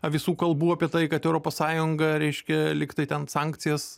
visų kalbų apie tai kad europos sąjunga reiškia lyg tai ten sankcijas